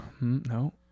no